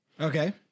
Okay